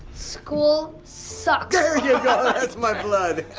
school sucks. there you go, that's my blood!